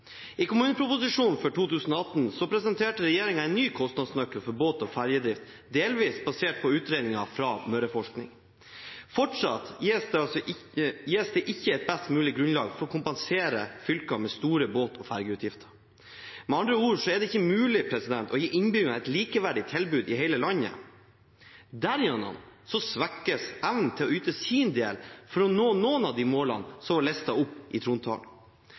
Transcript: I kommuneproposisjonen for 2018 presenterte regjeringen en ny kostnadsnøkkel for båt- og ferjedrift, delvis basert på utredninger fra Møreforsking. Fortsatt gis det ikke et best mulig grunnlag for å kompensere fylker med store båt- og ferjeutgifter. Med andre ord er det ikke mulig å gi innbyggerne et likeverdig tilbud i hele landet. Derigjennom svekkes innbyggernes evne til å yte sin del for å nå noen av målene som er listet opp i trontalen.